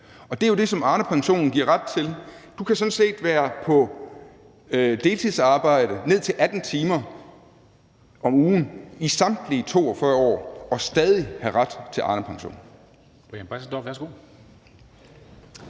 Det er jo det, som Arnepensionen giver ret til. Du kan sådan set være på deltidsarbejde ned til 18 timer om ugen i samtlige 42 år og stadig have ret til Arnepensionen.